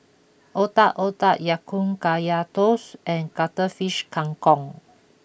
Otak Otak Ya Kun Kaya Toast and Cuttlefish Kang Kong